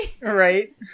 Right